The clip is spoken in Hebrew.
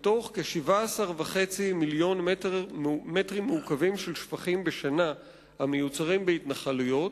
מתוך כ-17.5 מיליון מטרים מעוקבים של שפכים בשנה המיוצרים בהתנחלויות,